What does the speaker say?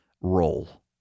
role